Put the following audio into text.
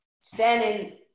standing